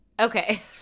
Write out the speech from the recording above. Okay